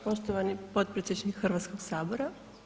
Poštovani potpredsjedniče Hrvatskog sabora.